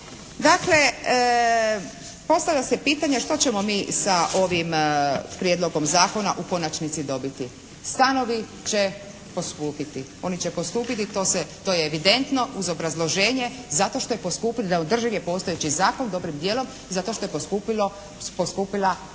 Dakle postavlja se pitanje što ćemo mi sa ovim prijedlogom zakona u konačnici dobiti. stanovi će poskupiti. Oni će poskupiti, to je evidentno uz obrazloženje zato što je poskupila, neodrživ je postojeći zakon dobrim dijelom, zato što je poskupila cijena